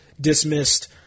dismissed